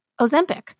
Ozempic